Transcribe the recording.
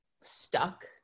stuck